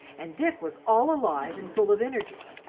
and dick was all alive and full of energy.